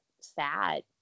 sad